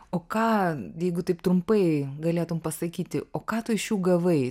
o ką jeigu taip trumpai galėtum pasakyti o ką tu iš jų gavai